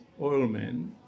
oilmen